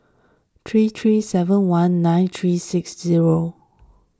three three seven one nine three six zero